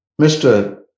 Mr